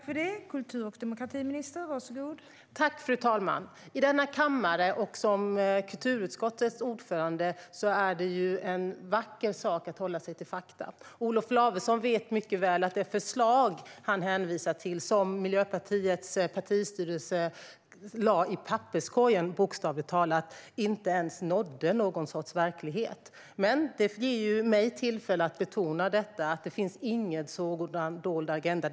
Fru talman! I denna kammare och för kulturutskottets ordförande är det ju en vacker sak att hålla sig till fakta. Olof Lavesson vet mycket väl att det förslag som han hänvisar till och som Miljöpartiets partistyrelse bokstavligt talat lade i papperskorgen inte ens nådde någon sorts verklighet. Detta ger mig dock tillfälle att betona att det inte finns någon dold agenda.